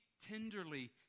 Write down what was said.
tenderly